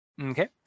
Okay